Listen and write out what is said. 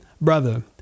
brother